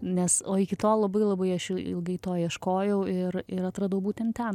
nes o iki tol labai labai aš ilgai to ieškojau ir ir atradau būtent ten